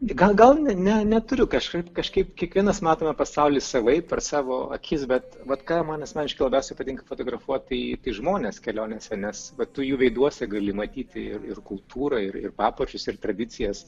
gal gal ne neturiu kažkaip kažkaip kiekvienas matome pasaulį savaip per savo akis bet vat vat ką man asmeniškai labiausiai patinka fotografuot tai tai žmonės kelionėse nes vat tu jų veiduose gali matyti ir ir kultūrą ir ir papročius ir tradicijas